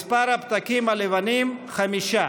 מספר הפתקים הלבנים, חמישה.